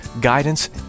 guidance